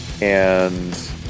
and-